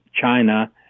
China